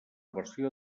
versió